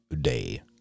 Day